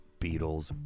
Beatles